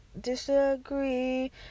disagree